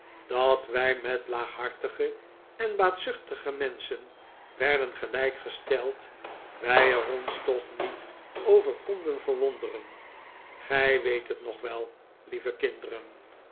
dat wij met laaghartige en baatzuchtige menschen werden gelijk gesteld wij er ons toch niet over konden verwonderen gij weet het nog wel lieve kin